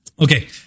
Okay